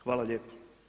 Hvala lijepo.